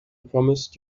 promised